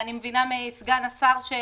ואני מבינה מסגן השר שהוא